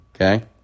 Okay